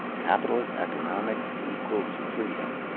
capitalist economics equals freedom,